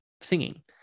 singing